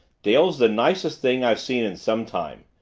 dale's the nicest thing i've seen in some time.